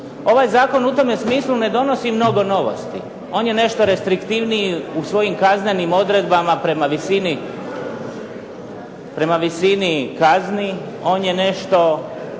Ovaj zakon u tome smislu ne donosi mnogo novosti, on je nešto restriktivniji u svojim kaznenim odredbama prema visini kazni, on je nešto